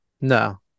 No